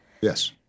Yes